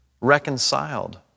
reconciled